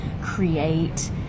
Create